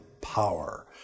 power